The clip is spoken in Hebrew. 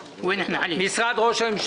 פניות מס' 443 444 משרד ראש הממשלה.